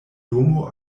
domo